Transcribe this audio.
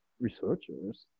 researchers